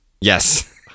yes